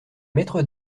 maître